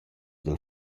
dal